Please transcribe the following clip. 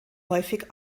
häufig